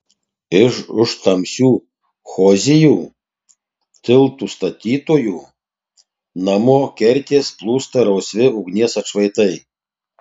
iš už tamsios hozijų tiltų statytojų namo kertės plūsta rausvi ugnies atšvaitai